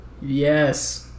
Yes